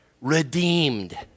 Redeemed